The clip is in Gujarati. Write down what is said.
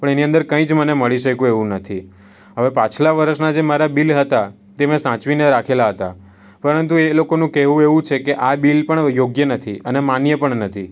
પણ એની અંદર કંઈ જ મને મળી શકે એવું નથી હવે પાછલા વર્ષના જે મારા બિલ હતા તે મેં સાચવીને રાખેલા હતા પરંતુ એ લોકોનું કહેવું એવું છે કે આ બિલ પણ યોગ્ય નથી અને માન્ય પણ નથી